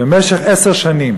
במשך עשר שנים